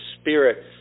spirit